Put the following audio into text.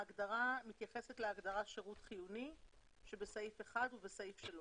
ההגדרה מתייחסת להגדרה שירות חיוני שבסעף 1 ובסעיף 3